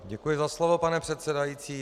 Děkuji za slovo, pane předsedající.